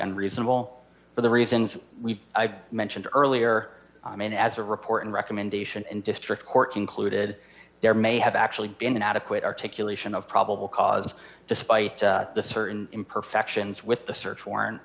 unreasonable for the reasons we mentioned earlier i mean as the report in recommendation and district court concluded there may have actually been an adequate articulation of probable cause despite the certain imperfections with the search warrant